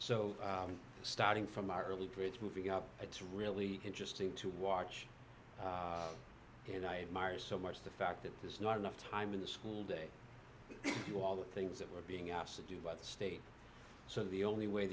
so starting from our early brits moving up it's really interesting to watch and i march so much the fact that there's not enough time in the school day to all the things that we're being asked to do by the state so the only way